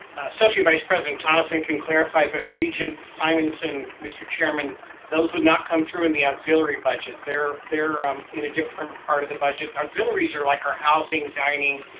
associate vice president tonneson can clarify but regent simonson, mr. chairman those would not come through in the auxiliary budget. they're they're um in a different part of the budget. auxiliaries are like our housing, dining,